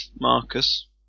Marcus